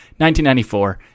1994